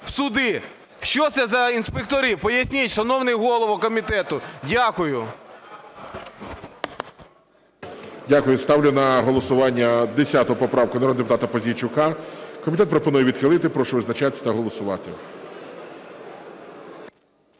в суди? Що це за інспектори, поясніть, шановний голове комітету? Дякую. ГОЛОВУЮЧИЙ. Дякую. Ставлю на голосування 10 поправку народного депутата Пузійчука. Комітет пропонує відхилити. Прошу визначатися та голосувати.